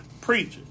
preaching